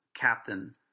captain